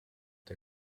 der